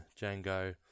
Django